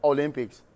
Olympics